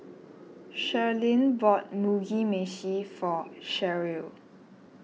Sherlyn bought Mugi Meshi for Sheryll